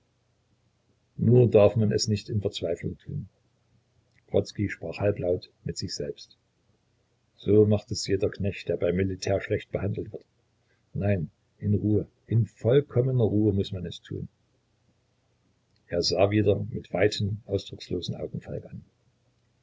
nur darf man es nicht in verzweiflung tun grodzki sprach halblaut mit sich selbst so macht es jeder knecht der beim militär schlecht behandelt wird nein in ruhe in vollkommener ruhe muß man es tun er sah wieder mit weiten ausdruckslosen augen falk an